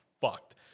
fucked